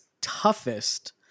toughest